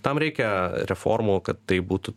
tam reikia reformų kad tai būtų